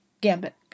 gambit